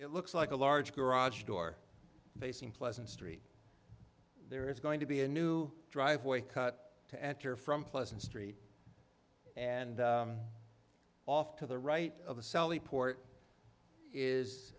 it looks like a large garage door facing pleasant street there is going to be a new driveway cut to enter from pleasant street and off to the right of the sally port